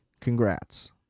congrats